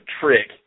trick